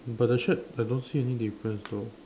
but the shed I don't see any difference though